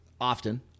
often